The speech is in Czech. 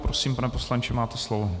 Prosím, pane poslanče, máte slovo.